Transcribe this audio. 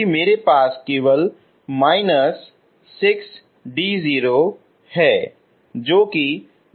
कि मेरे पास केवल −6d0 है 0 के बराबर है